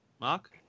Mark